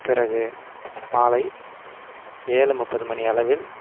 பிறகு மாலை ஏழு முப்பது மணி அளவில்